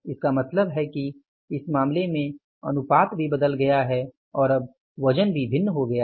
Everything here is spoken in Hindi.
इसका मतलब है कि इस मामले में अनुपात भी बदल गया है और अब वजन भी भिन्न हो गया है